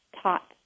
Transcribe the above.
taught